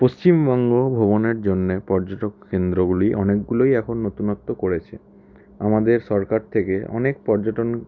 পশ্চিমবঙ্গ ভ্রমণের জন্যে পর্যটক কেন্দ্রগুলি অনেকগুলোই এখন নতুনত্ব করেছে আমাদের সরকার থেকে অনেক পর্যটন